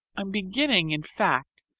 am beginning, in fact,